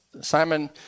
Simon